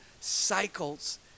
cycles